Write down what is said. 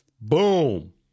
Boom